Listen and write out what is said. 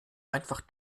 einfach